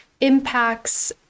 impacts